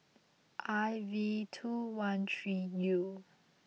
I V two one three U